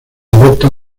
adopta